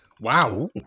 Wow